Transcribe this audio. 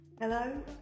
Hello